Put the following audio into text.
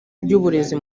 by’uburezi